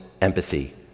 empathy